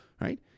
right